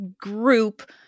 group